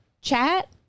chat